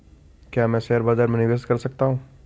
क्या मैं शेयर बाज़ार में निवेश कर सकता हूँ?